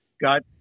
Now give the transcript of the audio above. got